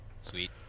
Sweet